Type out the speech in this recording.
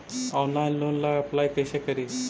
Online loan ला apply कैसे करी?